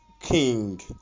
king